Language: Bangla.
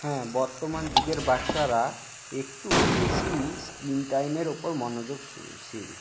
হ্যাঁ বর্তমান যুগের বাচ্চারা একটু বেশি স্ক্রিন টাইমের উপর মনোযোগ শীল